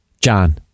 John